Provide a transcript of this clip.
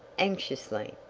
anxiously.